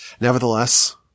Nevertheless